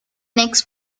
next